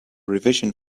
revision